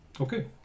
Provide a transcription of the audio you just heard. Okay